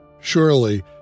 Surely